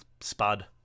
spud